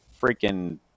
freaking